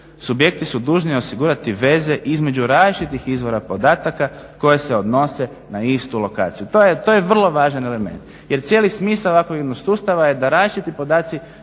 subjekti su dužni osigurati veze između različitih izvora podataka koje se odnose na istu lokaciju. To je vrlo važan element jer cijeli smisao ovakvog jednog sustava je da različiti podaci